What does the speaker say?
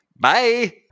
Bye